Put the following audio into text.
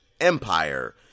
Empire